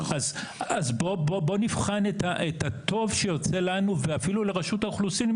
בואו נבחן את הטוב שיוצא לנו מזה ואפילו לרשות האוכלוסין.